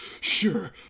Sure